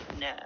no